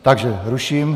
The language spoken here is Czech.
Takže ruším.